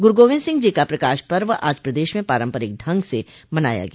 गुरू गोबिन्द सिंह का प्रकाश पर्व आज प्रदेश में पारंपरिक ढंग से मनाया गया